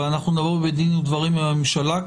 אבל אנחנו נבוא בדין ודברים עם הממשלה.